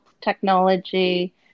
technology